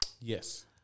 Yes